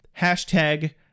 hashtag